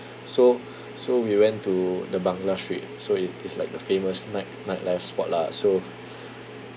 so so we went to the bangla street so it it's like the famous night nightlife spot lah so